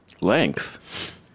Length